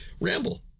Ramble